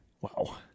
Wow